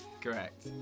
Correct